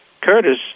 Curtis